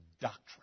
Doctrine